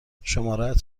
شمارهات